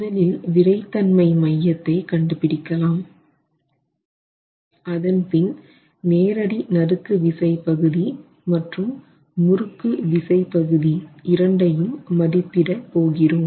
முதலில் விறைத்தன்மை மையத்தை கண்டுபிடிக்கலாம் அதன்பின் நேரடி நறுக்கு விசை பகுதி மற்றும் முறுக்கு விசை பகுதி இரண்டையும் மதிப்பிட போகிறோம்